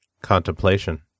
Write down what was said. Contemplation